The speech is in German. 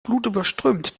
blutüberströmt